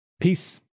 Peace